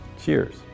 Cheers